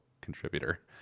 contributor